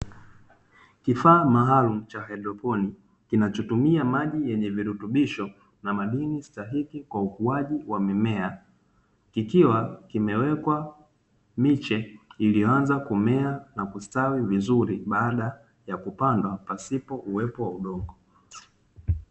Kifaa maalumu cha haidroponi kinachotumia maji yenye virutubisho na madini stahiki kwa ukuaji wa mimea, kikiwa kimewekwa miche iliyoanza kumea na kustawi vizuri baada ya kupandwa pasipo uwepo wa udongo.